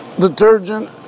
detergent